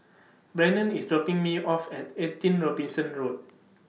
Brannon IS dropping Me off At eighteen Robinson Road